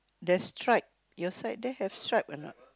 there's stripe your side there have stripe or not